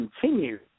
continue